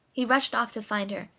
he rushed off to find her,